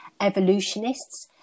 evolutionists